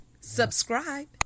subscribe